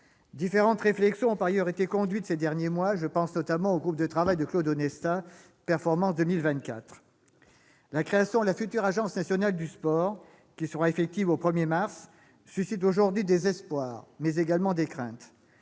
Différentes réflexions ont, par ailleurs, été conduites ces derniers mois. Je pense notamment au groupe de travail de Claude Onesta « Performance 2024 ». La création de la future agence nationale du sport, qui sera effective au 1 mars 2019, suscite aujourd'hui des espoirs, mais également des craintes,